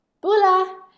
bula